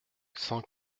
cent